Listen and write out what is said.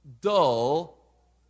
dull